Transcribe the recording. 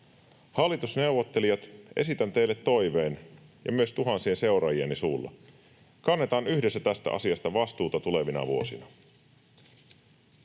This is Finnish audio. Hallitusneuvottelijat, esitän teille toiveen, ja myös tuhansien seuraajieni suulla: kannetaan yhdessä tästä asiasta vastuuta tulevina vuosina.